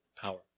power